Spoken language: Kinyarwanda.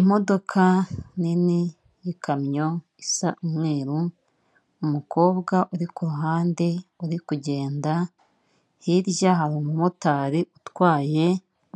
Imodoka nini y'ikamyo isa umweru, umukobwa uri kuhande uri kugenda, hirya hari umumotari utwaye